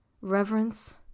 reverence